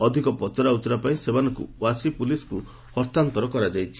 ଅଧିକ ପଚରା ଉଚରା ପାଇଁ ସେମାନଙ୍କୁ ୱାସି ପୁଲିସ୍କୁ ହସ୍ତାନ୍ତର କରାଯାଇଛି